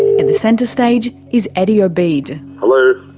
at the centre stage is eddie obeid. hello?